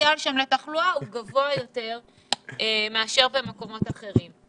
שהפוטנציאל שם לתחלואה גבוה יותר מאשר במקומות אחרים.